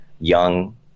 young